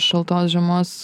šaltos žiemos